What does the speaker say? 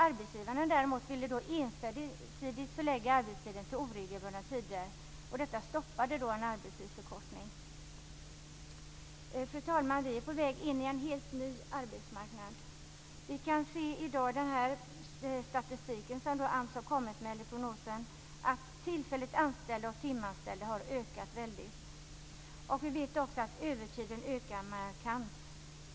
Arbetsgivarna däremot ville ensidigt förlägga arbetstiden till oregelbundna tider. Detta stoppade en arbetstidsförkortning. Fru talman! Vi är på väg in i en helt ny arbetsmarknad. Vi kan se i den prognos som AMS har kommit med i dag att antalet tillfälligt anställda och timanställda har ökat väldigt. Vi vet också att övertiden ökar markant.